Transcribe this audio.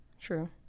True